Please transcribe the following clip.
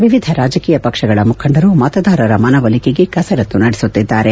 ವಿವಿಧ ರಾಜಕೀಯ ಪಕ್ಷಗಳ ಮುಖಂಡರು ಮತದಾರರ ಮನವೊಲಿಕೆಗೆ ಕಸರತ್ತು ನಡೆಸುತ್ತಿದ್ದಾರೆ